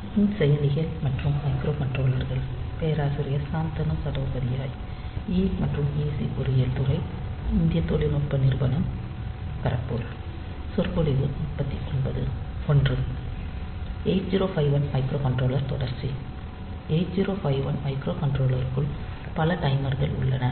8051 microcontroller தொடர்ச்சி 8051 மைக்ரோகண்ட்ரோலருக்குள் பல டைமர்கள் உள்ளன